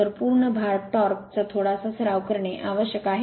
तर पूर्ण भार टॉर्क चा थोडासा सराव करणे आवश्यक आहे